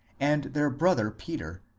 and their brother peter,